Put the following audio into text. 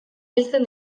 biltzen